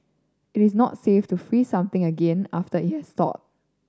it is not safe to freeze something again after it has thawed